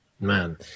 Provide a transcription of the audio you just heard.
Man